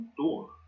door